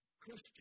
Christian